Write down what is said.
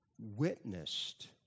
witnessed